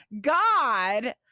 God